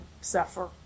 suffer